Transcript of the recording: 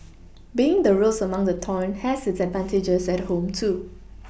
being the rose among the thorns has its advantages at home too